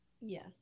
Yes